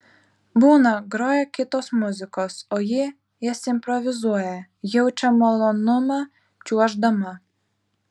būna groja kitos muzikos o ji jas improvizuoja jaučia malonumą čiuoždama